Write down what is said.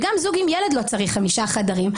וגם זוג עם ילד לא צריך דירת חמישה חדרים.